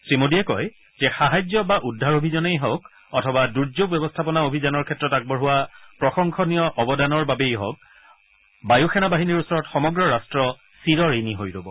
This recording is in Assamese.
শ্ৰীমোদীয়ে কয় যে সাহায্য বা উদ্ধাৰ অভিযানেই হওঁক অথবা দুৰ্যোগ ব্যৱস্থাপনা অভিযানৰ ক্ষেত্ৰত আগবঢ়োৱা প্ৰশংসনীয় অৱদানৰ বাবেই হওঁক বায়ু সেনা বাহিনীৰ ওচৰত সমগ্ৰ ৰাষ্ট চিৰ ঋণী হৈ ৰব